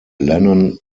lennon